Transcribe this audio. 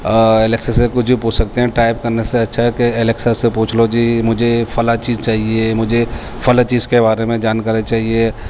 Alexa سے کچھ بھی پوچھ سکتے ہیں ٹائپ کرنے سے اچھا ہے کہ الیکسا سے پوچھ لو جی مجھے فلاں چیز چاہیے مجھے فلاں چیز کے بارے میں جانکاری چاہیے